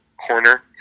corner